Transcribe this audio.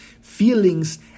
feelings